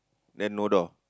then no door